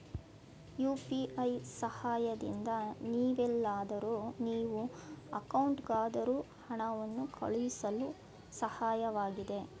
UPI ಸಹಾಯದಿಂದ ನೀವೆಲ್ಲಾದರೂ ನೀವು ಅಕೌಂಟ್ಗಾದರೂ ಹಣವನ್ನು ಕಳುಹಿಸಳು ಸಹಾಯಕವಾಗಿದೆ